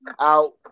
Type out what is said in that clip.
out